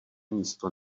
místo